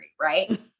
right